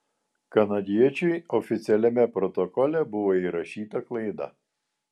kanadiečiui oficialiame protokole buvo įrašyta klaida